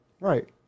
Right